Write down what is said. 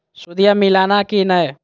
सुदिया मिलाना की नय?